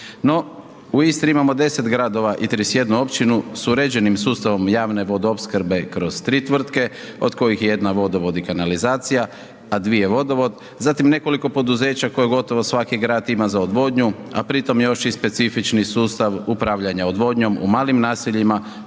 u Istri imamo 10 gradova i 31 općinu sa uređenim sustavom javne vodoopskrbe kroz tri tvrtke od kojih je jedna vodovod i kanalizacija a dvije vodovod. Zatim nekoliko poduzeća koje gotovo svaki grad ima za odvodnju a pri tome još i specifični sustav upravljanja odvodnjom u malim naseljima